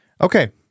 Okay